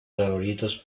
favoritos